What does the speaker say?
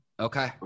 Okay